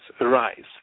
arise